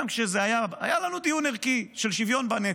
גם כשזה היה, היה לנו דיון ערכי, על השוויון בנטל,